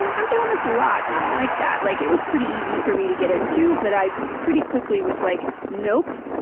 i'm doing this a lot, and i don't like that. like, it was pretty easy for me to get into, but i pretty quickly was like, nope.